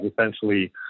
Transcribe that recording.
essentially